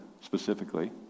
specifically